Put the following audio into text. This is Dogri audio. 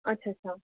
अच्छा अच्छा